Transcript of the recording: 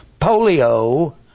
polio